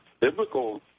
biblical